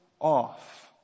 off